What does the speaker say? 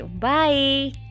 bye